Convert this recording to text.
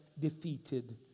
defeated